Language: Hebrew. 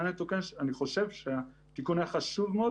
אלה לשכות שהנציגים שלהן היו מעורבים